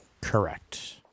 Correct